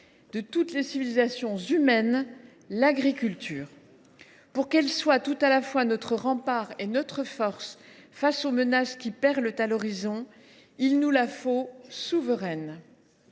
de toutes les civilisations humaines : l’agriculture. Pour qu’elle soit tout à la fois notre rempart et notre force face aux menaces qui perlent à l’horizon, il nous la faut souveraine.